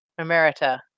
emerita